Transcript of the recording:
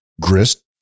grist